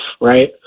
right